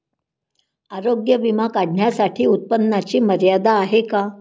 आरोग्य विमा काढण्यासाठी उत्पन्नाची मर्यादा आहे का?